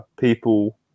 People